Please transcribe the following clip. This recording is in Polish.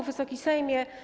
Wysoki Sejmie!